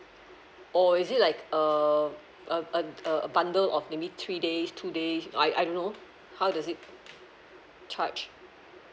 oh is it like um uh uh a a bundle of maybe three days two days I I don't know how does it charged